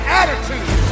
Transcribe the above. attitude